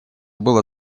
было